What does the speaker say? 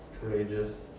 Courageous